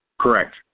Correct